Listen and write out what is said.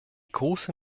große